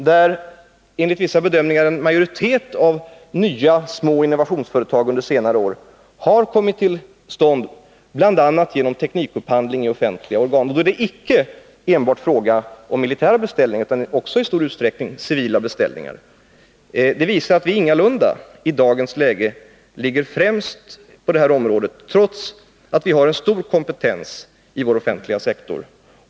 Där har, enligt vissa bedömningar, en majoritet av nya små innovationsföretag kommit till stånd bl.a. genom teknikupphandling i offentliga organ. Och det är icke enbart fråga om militära beställningar, utan det är också i stor utsträckning civila beställningar. Detta visar att vi i dagens läge ingalunda ligger främst på det här området, trots att vi har en stor kompetens i vår offentliga sektor.